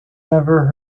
never